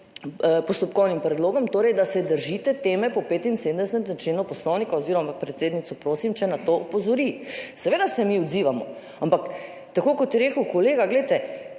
postopkovnim predlogom, torej, da se držite teme po 75. členu Poslovnika oziroma predsednico prosim, če na to opozori. Seveda se mi odzivamo, ampak tako, kot je rekel kolega,